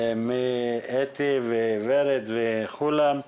אתי, ורד וכולם.